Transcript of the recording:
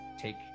take